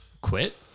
quit